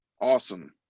Awesome